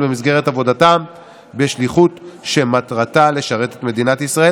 במסגרת עבודתם בשליחות שמטרתה לשרת את מדינת ישראל,